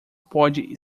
pode